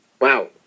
wow